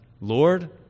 Lord